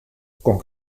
con